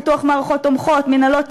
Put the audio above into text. פיתוח מערכות תומכות,